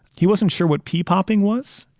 he wasn't sure what p popping was.